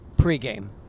Pre-game